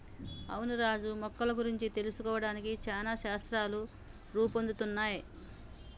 అవును రాజు మొక్కల గురించి తెలుసుకోవడానికి చానా శాస్త్రాలు రూపొందుతున్నయ్